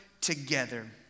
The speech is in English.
together